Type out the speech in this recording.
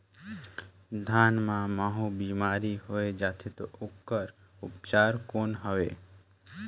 धान मां महू बीमारी होय जाथे तो ओकर उपचार कौन हवे?